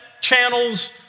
channels